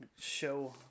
Show